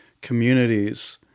communities